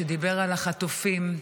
שדיבר על החטופים.